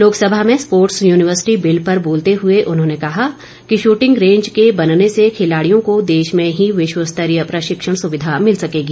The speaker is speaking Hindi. लोकसभा में स्पोटर्स यूनिवर्सिटी बिल पर बोलते हुए उन्होंने कहा कि शूटिंग रेंज के बनने से खिलाड़ियों को देश में ही विश्वस्तरीय प्रशिक्षण सुविधा मिल सकेगी